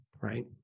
Right